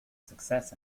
success